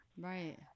right